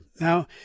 Now